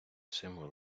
символ